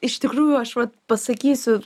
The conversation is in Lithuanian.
iš tikrųjų aš vat pasakysiu